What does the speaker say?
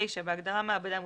בהגדרה "מעבדה מוסמכת",